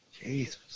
jesus